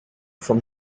from